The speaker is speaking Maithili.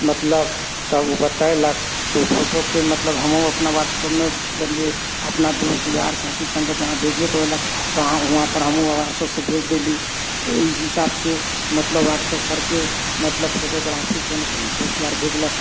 मतलब तऽ ओ बतेलक तऽ फोटोके मतलब हमहूँ अपना व्हाट्सएपमे जरिए अपन दोस्त यार साथी सङ्गत जहाँ भेजैके भेलक तहाँ वहाँपर हमहूँ व्हाट्सएपसँ भेज देली ओहि हिसाबसँ मतलब व्हाट्सएप करिके मतलब फोटोग्राफी कोनो कोनो दोस्त यार भेजलक